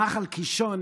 נחל קישון